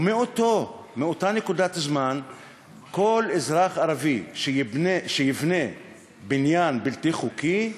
ומאותה נקודת זמן כל אזרח ערבי שיבנה בניין בלתי חוקי,